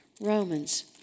Romans